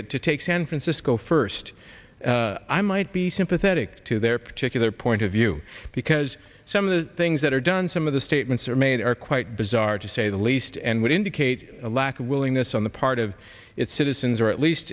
that to take san francisco first i might be sympathetic to their particular point of view because some of the things that are done some of the statements are made are quite bizarre to say the least and would indicate a lack of willingness on the part of its citizens or at least